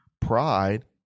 Pride